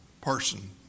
person